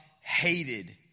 hated